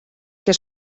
que